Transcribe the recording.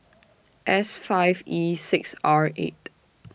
S five E six R eight